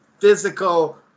physical